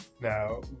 now